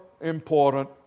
important